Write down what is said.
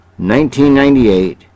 1998